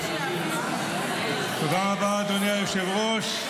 תודה רבה, אדוני היושב-ראש.